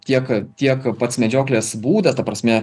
tiek tiek pats medžioklės būdas ta prasme